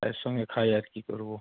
চায়ের সঙ্গে খাই আর কি করবো